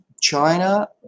China